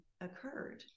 occurred